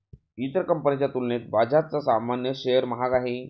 इतर कंपनीच्या तुलनेत बजाजचा सामान्य शेअर महाग आहे